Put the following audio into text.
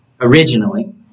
originally